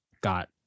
got